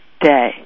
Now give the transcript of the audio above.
day